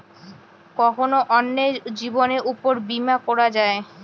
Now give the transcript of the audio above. কখন অন্যের জীবনের উপর বীমা করা যায়?